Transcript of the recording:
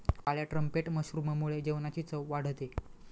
काळ्या ट्रम्पेट मशरूममुळे जेवणाची चव वाढते